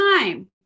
time